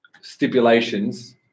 stipulations